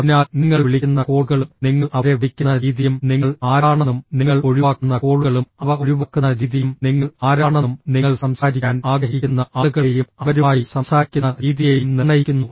അതിനാൽ നിങ്ങൾ വിളിക്കുന്ന കോളുകളും നിങ്ങൾ അവരെ വിളിക്കുന്ന രീതിയും നിങ്ങൾ ആരാണെന്നും നിങ്ങൾ ഒഴിവാക്കുന്ന കോളുകളും അവ ഒഴിവാക്കുന്ന രീതിയും നിങ്ങൾ ആരാണെന്നും നിങ്ങൾ സംസാരിക്കാൻ ആഗ്രഹിക്കുന്ന ആളുകളെയും അവരുമായി സംസാരിക്കുന്ന രീതിയെയും നിർണ്ണയിക്കുന്നു